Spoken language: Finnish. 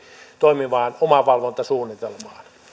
toimivaan omavalvontasuunnitelmaan